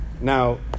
Now